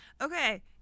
Okay